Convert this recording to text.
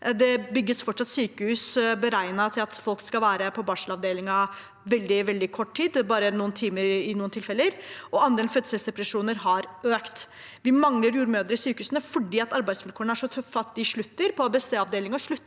Det bygges fortsatt sykehus beregnet på at folk skal være på barselavdelingen i veldig, veldig kort tid – bare noen timer i noen tilfeller – og andelen fødselsdepresjoner har økt. Vi mangler jordmødre i sykehusene fordi arbeidsvilkårene er så tøffe at de slutter. På ABC-klinikken sluttet